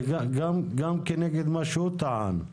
זה גם כנגד מה שהוא טען.